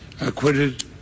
acquitted